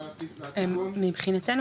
מבחינתנו,